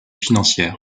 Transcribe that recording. financière